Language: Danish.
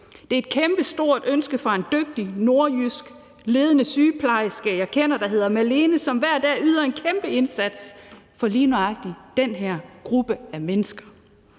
Det er et kæmpestort ønske fra en dygtig nordjysk ledende sygeplejerske, jeg kender, der hedder Malene, som hver dag yder en kæmpe indsats for lige nøjagtig den her gruppe af mennesker.